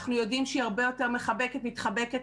אנחנו יודעים שהיא הרבה מחבקת ומתחבקת,